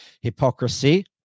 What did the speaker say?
hypocrisy